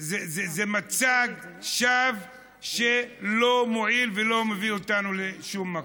זה מצג שווא שלא מועיל ולא מביא אותנו לשום מקום.